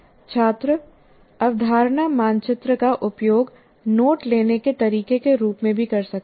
छात्र अवधारणा मानचित्र का उपयोग नोट लेने के तरीके के रूप में भी कर सकते हैं